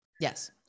Yes